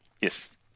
Yes